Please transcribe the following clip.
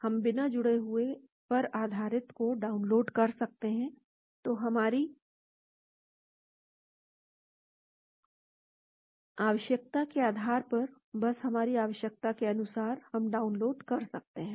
हम बिना जुड़े हुए पर आधारित को डाउनलोड कर सकते हैं तो हमारी आवश्यकता के आधार पर बस हमारी आवश्यकता के अनुसार हम डाउनलोड कर सकते हैं